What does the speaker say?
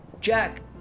Jack